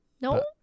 No